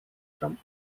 from